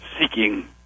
seeking